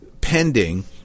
pending